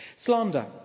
Slander